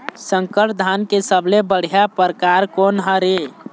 संकर धान के सबले बढ़िया परकार कोन हर ये?